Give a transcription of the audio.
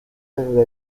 desde